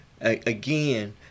again